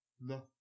No